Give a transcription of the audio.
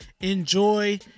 enjoy